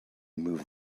move